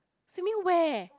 swimming where